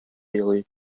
елый